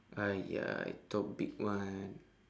!aiya! I thought big one